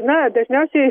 na dažniausiai